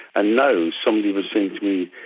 and now somebody was saying to me,